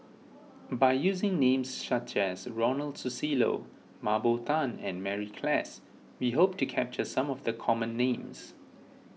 by using names such as Ronald Susilo Mah Bow Tan and Mary Klass we hope to capture some of the common names